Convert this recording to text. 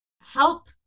help